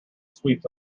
sweeps